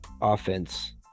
offense